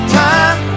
time